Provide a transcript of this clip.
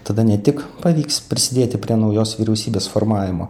tada ne tik pavyks prisidėti prie naujos vyriausybės formavimo